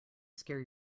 scare